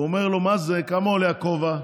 הוא אומר לו: מה זה, כמה עולה הכובע?